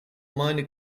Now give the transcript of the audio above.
minor